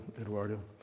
Eduardo